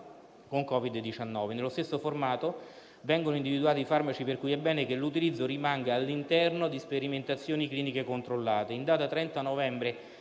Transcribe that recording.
con Covid-19. Nello stesso formato vengono individuati i farmaci per cui è bene che l'utilizzo rimanga all'interno di sperimentazioni cliniche controllate. In data 30 novembre